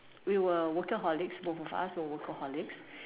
we were workaholics both of us were workaholics